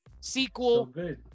sequel